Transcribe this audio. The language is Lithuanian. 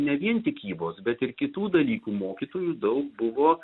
ne vien tikybos bet ir kitų dalykų mokytojų daug buvo